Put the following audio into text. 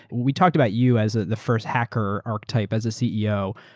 we talked about you as ah the first hacker archetype as a ceo.